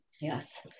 Yes